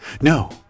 No